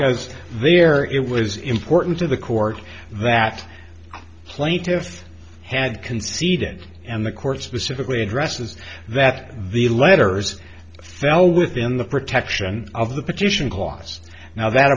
because there it was important to the court that plaintiffs had conceded and the court specifically addresses that the letters fell within the protection of the